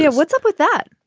yeah what's up with that?